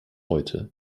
heute